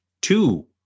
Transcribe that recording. two